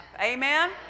Amen